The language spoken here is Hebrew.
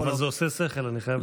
אבל זה עושה שכל, אני חייב להגיד.